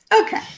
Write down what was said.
Okay